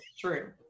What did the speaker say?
true